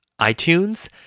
iTunes